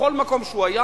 בכל מקום שהוא היה